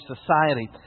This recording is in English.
society